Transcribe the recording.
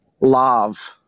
love